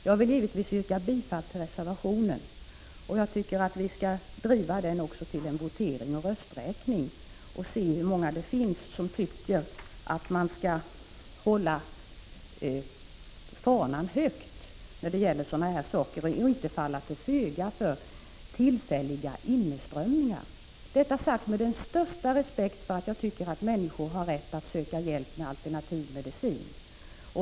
Jag vill givetvis yrka bifall till reservationen, och jag tycker att vi också skall driva det hela till votering och rösträkning, för att se hur många det finns som tycker att vi skall hålla fanan högt i sådana här fall och inte falla till föga för tillfälliga inneströmningar — detta sagt med den största respekt för att människor skall ha rätt att söka hjälp i alternativ medicin.